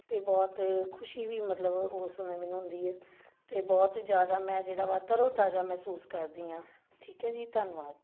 ਅਤੇ ਬਹੁਤ ਖੁਸ਼ੀ ਵੀ ਮਤਲਬ ਉਸ ਸਮੇਂ ਮੈਨੂੰ ਹੁੰਦੀ ਹੈ ਅਤੇ ਬਹੁਤ ਜ਼ਿਆਦਾ ਮੈਂ ਜਿਹੜਾ ਵਾ ਤਰੋਤਾਜ਼ਾ ਮਹਿਸੂਸ ਕਰਦੀ ਹਾਂ ਠੀਕ ਹੈ ਜੀ ਧੰਨਵਾਦ